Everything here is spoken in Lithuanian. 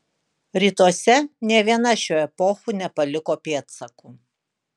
rytuose nė viena šių epochų nepaliko pėdsakų